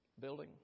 building